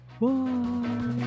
Bye